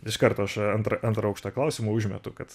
iš karto aš antrą antrą aukštą klausimą užmetu kad